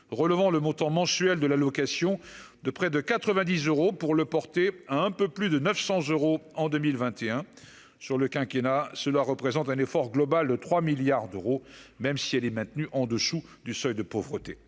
relevant le montant mensuel de la location de près de quatre-vingt-dix euros pour le porter à un peu plus de 900 euros en 2021 sur le quinquennat cela représente un effort global de 3 milliards d'euros, même si elle est maintenue en dessous du seuil de pauvreté,